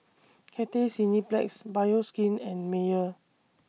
Cathay Cineplex Bioskin and Mayer